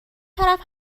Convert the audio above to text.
طرف